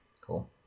Cool